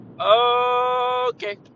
okay